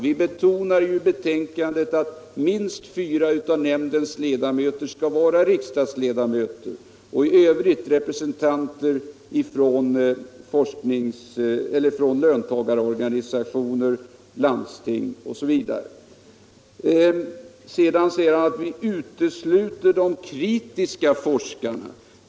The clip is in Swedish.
Vi betonar ju i betänkandet att minst fyra av nämndens ledamöter skall vara riksdagsledamöter och de övriga representanter för löntagarorganisationer, landsting osv. Han säger sedan att vi utesluter de kritiska forskarna.